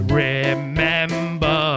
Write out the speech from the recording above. remember